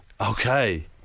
Okay